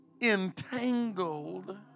entangled